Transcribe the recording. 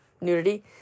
nudity